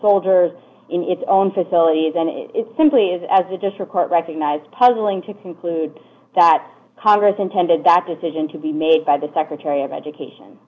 soldiers in its own facilities and it simply is as you just record recognize puzzling to conclude that congress intended that decision to be made by the secretary of education